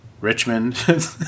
richmond